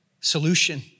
solution